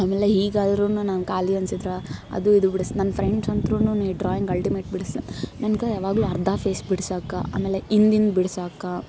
ಆಮೇಲೆ ಈಗಾದರೂನು ನನಗೆ ಖಾಲಿ ಅನ್ಸಿದ್ರ ಅದು ಇದು ಬಿಡಸಿ ನನ್ನ ಫ್ರೆಂಡ್ಸ್ ಅಂತ್ರುನು ನೀ ಡ್ರಾಯಿಂಗ್ ಅಲ್ಟಿಮೇಟ್ ಬಿಡಸು ಅಂತ ಯಾವಾಗಲೂ ಅರ್ಧ ಫೇಸ್ ಬಿಡ್ಸಾಕ ಆಮೇಲೆ ಇಂದಿನ ಬಿಡ್ಸಾಕ